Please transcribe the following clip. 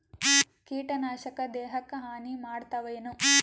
ಕೀಟನಾಶಕ ದೇಹಕ್ಕ ಹಾನಿ ಮಾಡತವೇನು?